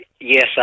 yes